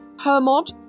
Hermod